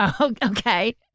Okay